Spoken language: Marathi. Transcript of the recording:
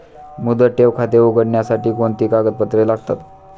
मुदत ठेव खाते उघडण्यासाठी कोणती कागदपत्रे लागतील?